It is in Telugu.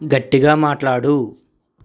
గట్టిగా మాట్లాడు